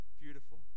beautiful